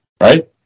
right